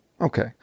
Okay